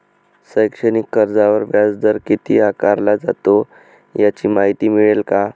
शैक्षणिक कर्जावर व्याजदर किती आकारला जातो? याची माहिती मिळेल का?